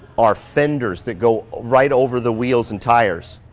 our fenders that go right over the wheels and tires,